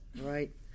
right